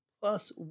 Plus